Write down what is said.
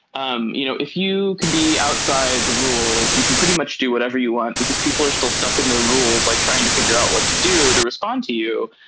um you know if you can be outside the rules you can pretty much do whatever you want. because people are still stuck in the rules like trying to figure out what to do to respond to you.